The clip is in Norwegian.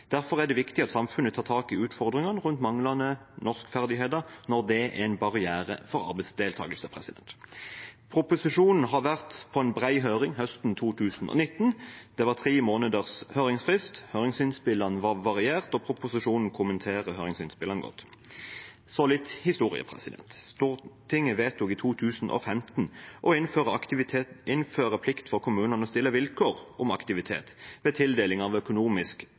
at samfunnet tar tak i utfordringene rundt manglende norskferdigheter når det er en barriere for arbeidsdeltakelse. Proposisjonen var på en bred høring høsten 2019. Det var tre måneders høringsfrist. Høringsinnspillene var varierte, og proposisjonen kommenterer høringsinnspillene godt. Så litt historie: Stortinget vedtok i 2015 å innføre en plikt for kommunene til å stille vilkår om aktivitet ved tildeling av økonomisk